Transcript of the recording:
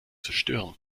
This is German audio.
zerstören